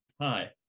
Hi